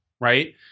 right